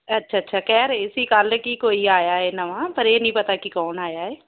ਅੱਛਾ ਅੱਛਾ ਕਹਿ ਰਹੇ ਸੀ ਕੱਲ੍ਹ ਕੀ ਕੋਈ ਆਇਆ ਹੈ ਨਵਾਂ ਪਰ ਇਹ ਨੀ ਪਤਾ ਕਿ ਕੌਣ ਆਇਆ ਹੈ